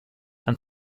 and